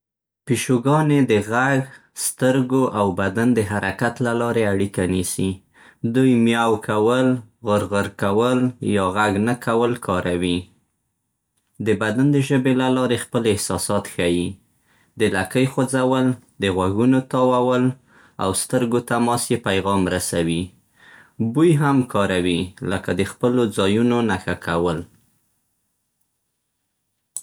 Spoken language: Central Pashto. پیشوګانې د غږ، سترګو، او بدن د حرکت له لارې اړیکه نیسي. دوی میاو کول، غرغر کول، یا غږ نه کول کاروي. د بدن د ژبې له لارې خپل احساسات ښيي. د لکۍ خوځول، د غوږونو تاوول، او سترګو تماس يې پیغام رسوي. بوی هم کاروي، لکه د خپلو ځایونو نښه کول.